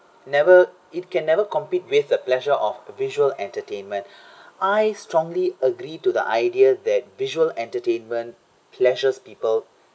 never it can never compete with the pleasure of visual entertainment I strongly agree to the idea that visual entertainment pleasures people